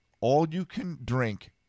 all-you-can-drink